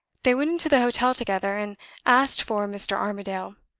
they went into the hotel together, and asked for mr. armadale.